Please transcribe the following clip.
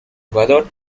jugador